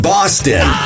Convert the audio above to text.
Boston